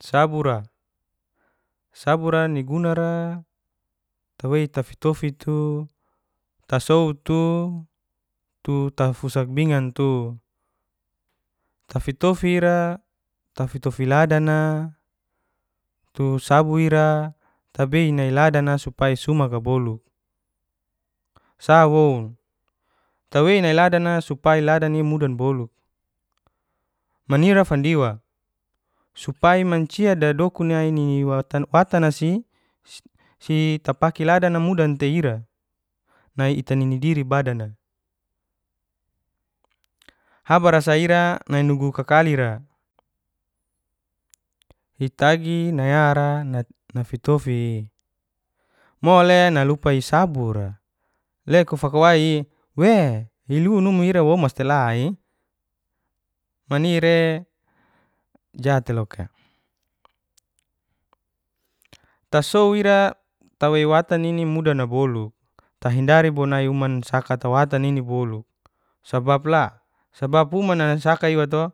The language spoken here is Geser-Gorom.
Sabura. Sabura nigunara tewei tafitofi tu, tasou tu, tu tafusak bingan tu. Tafitofi ira, tafitofi ladana tu sabu ira tabei nai nadana supai sumaka bolu sa woun tawei nai ladana supai ladanai mudan bolu manira fandiwa. Supai mancia dadokun nai nini watan-watanasi si tapaki ladana mudan tei ira, nai ita nini diri badana. Habara sa ira nai nugu kakalira itagi nangara nafitofi'i mole nalupai sabura, le kufakawai'i wee ilunumu ira momas telai. Manire jat'te loka tasou ira `tawi watana nini mudana bolu tahindari ni bouman saka ta watan nini bolu. Sabap la, sabap umana nasaka iwa to